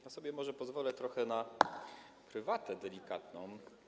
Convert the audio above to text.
Ja sobie może pozwolę trochę na prywatę delikatną.